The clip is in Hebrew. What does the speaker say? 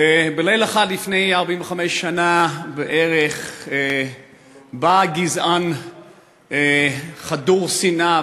בלילה אחד לפני 45 שנה בערך בא גזען חדור שנאה